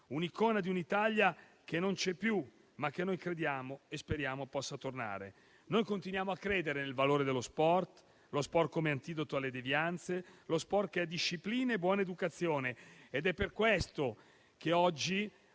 un'icona di un'Italia che non c'è più, ma che noi crediamo e speriamo possa tornare. Noi continuiamo a credere nel valore dello sport come antidoto alle devianze, disciplina e buona educazione. Ed è per questo che oggi